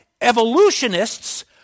evolutionists